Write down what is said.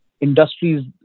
industries